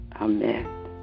amen